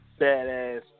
Badass